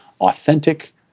authentic